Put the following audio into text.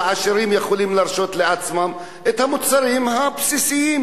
שהעשירים יכולים להרשות לעצמם המוצרים בסיסיים,